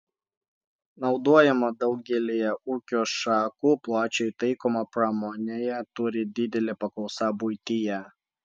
naudojama daugelyje ūkio šakų plačiai taikoma pramonėje turi didelę paklausą buityje